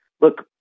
look